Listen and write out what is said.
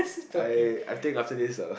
I I think after this uh